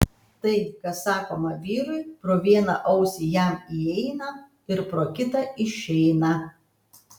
tai kas sakoma vyrui pro vieną ausį jam įeina ir pro kitą išeina